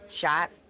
shot